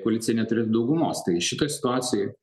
koalicija neturėtų daugumos tai šitoj situacijoj